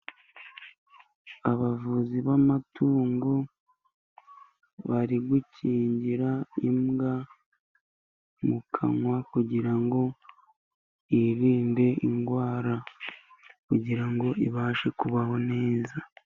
Abavuzi b'amatungo bari gukingira imbwa mu kanwa, kugira ngo yirinde indwara kugira ngo ibashe kubaho neza.